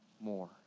more